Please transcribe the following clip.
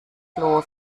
los